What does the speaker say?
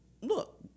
look